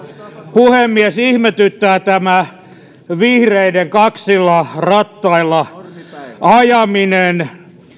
puhemies ihmetyttää tämä vihreiden kaksilla rattailla ajaminen